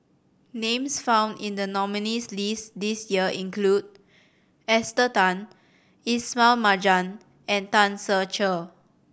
names found in the nominees' list this year include Esther Tan Ismail Marjan and Tan Ser Cher